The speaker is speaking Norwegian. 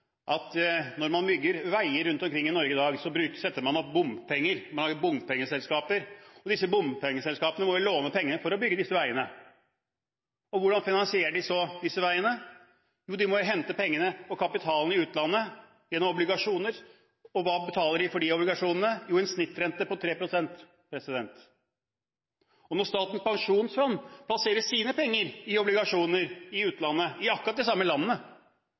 at når man bygger veier rundt omkring i Norge i dag, innfører man bompenger og oppretter bompengeselskaper. Disse bompengeselskapene må jo låne penger for å bygge disse veiene. Og hvordan finansierer man så disse veiene? Jo, de må hente pengene og kapitalen i utlandet gjennom obligasjoner. Og hva betaler man for de obligasjonene? Jo, en snittrente på 3 pst. Når Statens pensjonsfond plasserer sine penger i obligasjoner i utlandet – i akkurat de samme landene